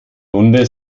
runde